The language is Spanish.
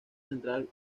central